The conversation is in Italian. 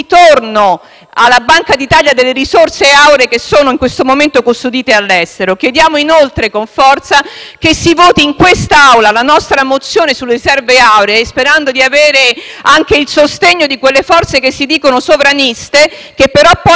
ritorno alla Banca d'Italia delle risorse auree in questo momento custodite all'estero. Chiediamo inoltre, con forza, che si voti in questa Assemblea la nostra mozione sulle riserve auree, sperando di avere anche il sostegno di quelle forze che si dicono sovraniste ma che, poi,